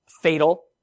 fatal